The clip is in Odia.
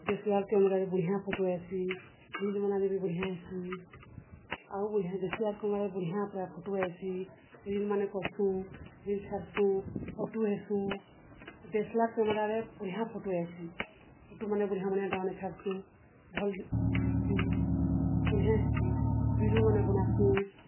ଡି ଏସ୍ ଏଲ୍ ଆର୍ କ୍ୟାମେରାରେ ବଢ଼ିଆ ଫଟୋ ଆଏସି ରିଲ୍ ବନାଲେ ବି ବଢ଼ିଆଁ ହେସି ଆଉ ବଢ଼ିଆ ଦିସ୍ସି ଆର୍ କ୍ୟମେରାରେ ବଢ଼ିଆ ପୁରା ଫଟୋ ଆଏସି ରିଲ୍ମାନେ କର୍ସୁଁ ରିଲ୍ ଛାଡ଼୍ସୁଁ ଫଟୋ ହେସୁଁ ଡି ଏସ୍ ଏଲ୍ ଆର୍ କ୍ୟାମେରାରେ ବଢ଼ିଆ ଫଟୋ ଆଏସି ଫଟୋମାନେ ବଢ଼ିଆଁ ବଢ଼ିଆଟାମାନେ ଛାଡ଼୍ସୁଁ ଭଲ୍ ଦିସ୍ସି ବଢ଼ିଆଁ ହେସି ଭିଡ଼ିଓମାନେ ବନାସୁଁ